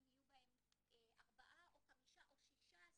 אם יהיו בהם ארבעה או חמישה או 16,